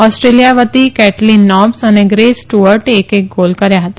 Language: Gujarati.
ઓસ્ટ્રેલિયા વતી કેટલીન નોબ્સ અને ગ્રેસ સ્ટુઅર્ટે એક એક ગોલ કર્યા હતા